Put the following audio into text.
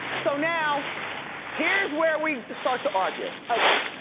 so now here's where we start to argue. okay.